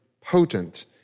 potent